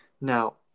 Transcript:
Now